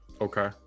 okay